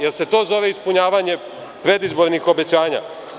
Jel se to zove ispunjavanje predizbornih obećanja.